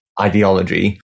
ideology